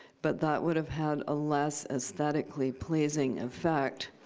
but that would have had a less aesthetically pleasing effect,